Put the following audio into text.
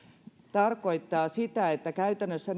tarkoittaa sitä että käytännössä